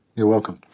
you're welcome.